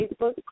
Facebook